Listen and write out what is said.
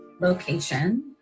location